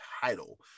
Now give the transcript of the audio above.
title